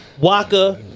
Waka